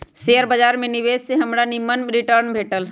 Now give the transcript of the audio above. share बाजार में निवेश से हमरा निम्मन रिटर्न भेटल